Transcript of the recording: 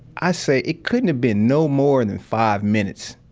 i say it couldn't have been no more than five minutes,